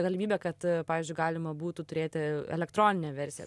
galimybę kad pavyzdžiui galima būtų turėti elektroninę versiją